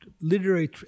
literary